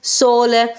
sole